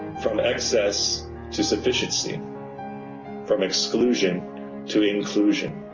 from excess to sufficiency from exclusion to inclusion